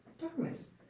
darkness